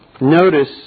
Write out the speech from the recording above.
notice